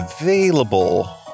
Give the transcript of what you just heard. available